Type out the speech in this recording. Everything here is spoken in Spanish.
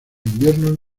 inviernos